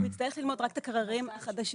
הוא יצטרך ללמוד רק את הקררים החדשים.